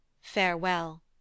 Farewell